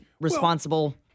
responsible